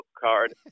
card